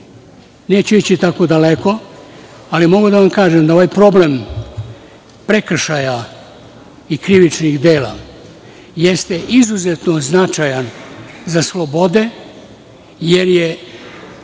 Neću ići tako daleko, ali mogu da vam kažem da ovaj problem prekršaja i krivičnih dela jeste izuzetno značajan za slobode, jer je